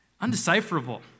undecipherable